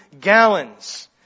gallons